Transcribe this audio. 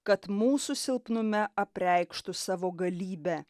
kad mūsų silpnume apreikštų savo galybę